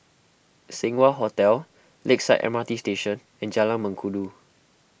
Seng Wah Hotel Lakeside M R T Station and Jalan Mengkudu